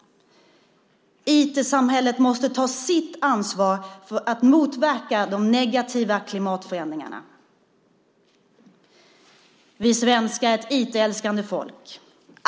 IT-samhället måste ta sitt ansvar för att motverka de negativa klimatförändringarna. Vi svenskar är ett IT-älskande folk.